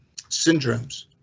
syndromes